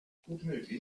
die